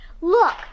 Look